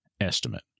estimate